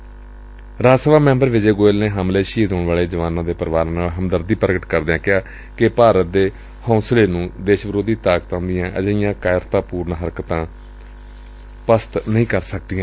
member Rajya Sabha Vijay Goel ਨੇ ਹਮਲੇ ਵਿੱਚ ਸ਼ਹੀਦ ਹੋਣ ਵਾਲੇ ਜਵਾਨ ਦੇ ਪਰਿਵਾਰਾਂ ਨਾਲ ਹਮਦਰਦੀ ਪ੍ਰਗਟ ਕਰਦਿਆਂ ਕਿਹਾ ਕਿ ਭਾਰਤ ਦੇ ਹੌਸਲੇ ਨੂੰ ਦੇਸ਼ ਵਿਰੋਧੀ ਤਾਕਤਾਂ ਦੀਆਂ ਅਜਿਹੀਆਂ ਕਾਇਰਤਾ ਪੂਰਨ ਹਰਕਤਾਂ ਪਸਤ ਨਹੀ ਕਰ ਸਕਦੀਆਂ